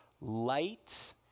light